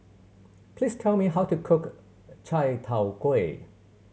please tell me how to cook chai tow kway